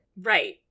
Right